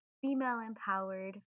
female-empowered